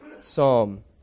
psalm